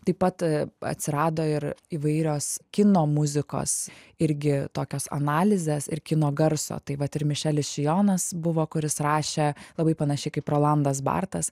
taip pat atsirado ir įvairios kino muzikos irgi tokios analizės ir kino garso taip vat ir mišelis šijonas buvo kuris rašė labai panašiai kaip rolandas bartas